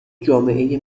جامعه